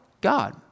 God